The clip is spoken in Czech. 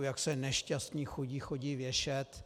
Jak se nešťastní chudí chodí věšet.